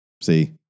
See